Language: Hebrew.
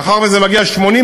מאחר שזה מגיע לירושלים,